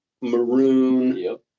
maroon